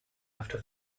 after